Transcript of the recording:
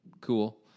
cool